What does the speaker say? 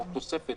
או תוספת